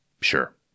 Sure